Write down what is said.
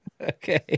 Okay